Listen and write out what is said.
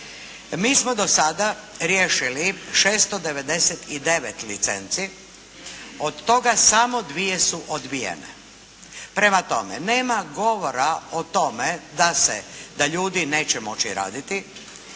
Mi smo do sada riješili 699 licenci. Od toga samo dvije su odbijene. Prema tome, nema govora o tome da se, da ljudi neće moći raditi